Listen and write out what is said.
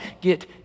get